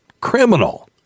Criminal